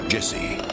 Jesse